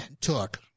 took